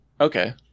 Okay